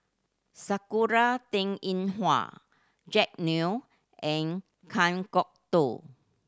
Sakura Teng Ying Hua Jack Neo and Kan Kwok Toh